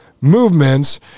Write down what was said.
movements